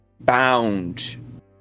Bound